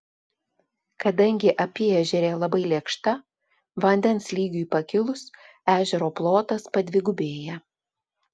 kadangi apyežerė labai lėkšta vandens lygiui pakilus ežero plotas padvigubėja